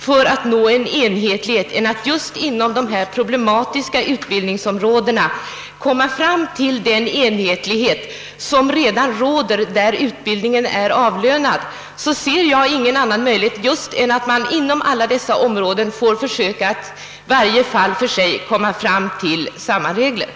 För att inom dessa problematiska utbildningsområden nå samma enhetlighet som råder inom de områden där utbildningen är avlönad ser jag ingen annan möjlighet än att man i varje fall för sig får försöka komma fram till enhetliga bestämmelser.